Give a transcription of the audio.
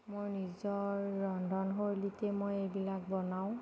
মই নিজৰ ৰন্ধনশৈলীতে মই এইবিলাক বনাওঁ